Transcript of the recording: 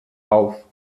auf